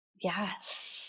yes